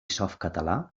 softcatalà